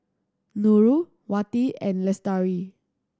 Nurul Wati and Lestari